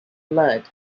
blood